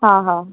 हा हा